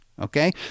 Okay